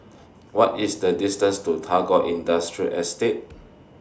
What IS The distance to Tagore Industrial Estate